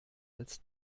als